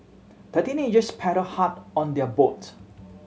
the teenagers paddle hard on their boat